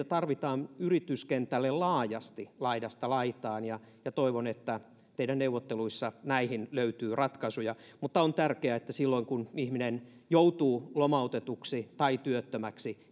tarvitaan yrityskentälle laajasti laidasta laitaan ja ja toivon että teidän neuvotteluissa näihin löytyy ratkaisuja on tärkeää että silloin kun ihminen joutuu lomautetuksi tai työttömäksi